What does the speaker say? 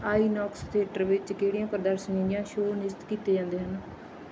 INOX theatre ਵਿੱਚ ਕਿਹੜੀਆਂ ਪ੍ਰਦਰਸ਼ਨੀਆਂ ਜਾਂ ਸ਼ੋਅ ਨਿਯਤ ਕੀਤੇ ਜਾਂਦੇ ਹਨ